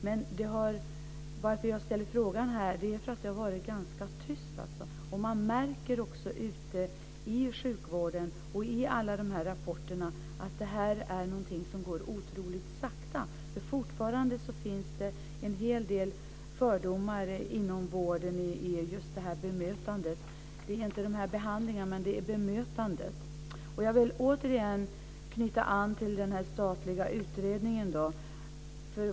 Men jag har ställt min fråga därför att det har varit tyst. Det märks i sjukvården och i rapporterna att det här är någonting som går otroligt sakta. Fortfarande finns det en hel del fördomar inom vården i fråga om bemötande. Jag vill återigen knyta an till den statliga utredningen.